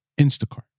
Instacart